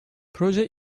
proje